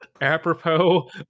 apropos